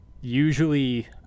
usually